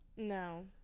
No